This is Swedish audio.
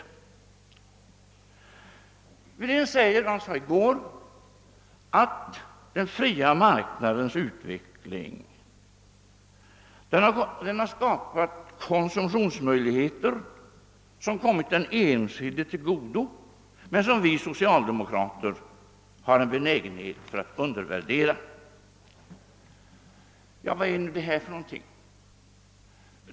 Herr Wedén sade i går att den fria marknadens utveckling har skapat konsumtionsmöjligheter som kommit den enskilde till godo men som vi socialdemokrater har en benägenhet att undervärdera. Vad är nu detta för någonting?